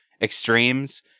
extremes